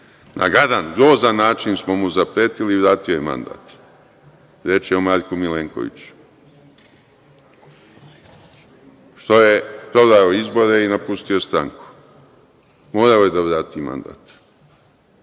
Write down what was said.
na gadan, grozan način smo mu zapretili, vratio je mandat. Reč je o Marku Milenkoviću, što je prodao izbore i napustio stranku. Morao je da vrati mandat. Moramo